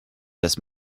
this